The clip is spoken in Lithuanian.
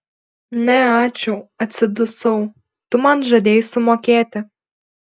ne ačiū atsidusau tu man žadėjai sumokėti